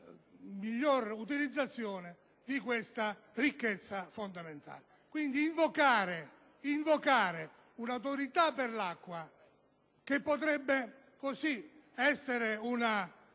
migliore utilizzazione di questa ricchezza fondamentale. Invocare un'Autorità per l'acqua, che potrebbe essere